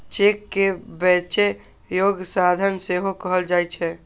cheque कें बेचै योग्य साधन सेहो कहल जाइ छै